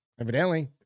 Evidently